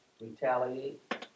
retaliate